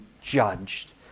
judged